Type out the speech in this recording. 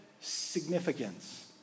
significance